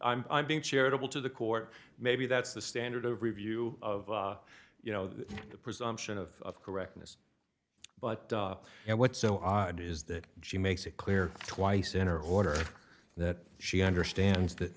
i'm being charitable to the court maybe that's the standard of review of you know the presumption of correctness but what's so odd is that she makes it clear twice in her order that she understands that